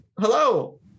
hello